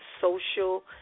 social